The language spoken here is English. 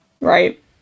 right